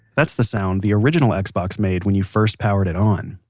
that's the sound the original xbox made when you first powered it on.